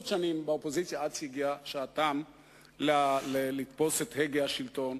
שנים באופוזיציה עד שהגיעה שעתם לתפוס את הגה השלטון.